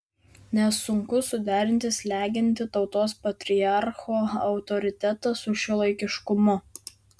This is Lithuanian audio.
nes sunku suderinti slegiantį tautos patriarcho autoritetą su šiuolaikiškumu